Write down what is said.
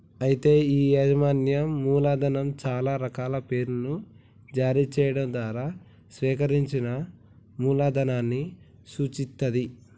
అయితే ఈ యాజమాన్యం మూలధనం చాలా రకాల పేర్లను జారీ చేయడం ద్వారా సేకరించిన మూలధనాన్ని సూచిత్తది